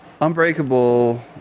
Unbreakable